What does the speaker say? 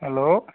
hello